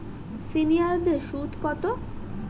সিনিয়ারদের সুদ কত?